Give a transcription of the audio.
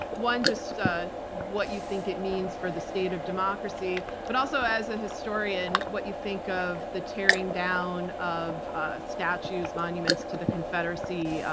one, just ah what you think it means for the state of democracy, but also as a historian, what you think of the tearing down of statues, monuments to the confederacy,